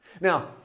Now